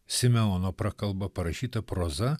simeono prakalba parašyta proza